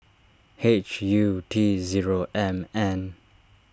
H U T zero M N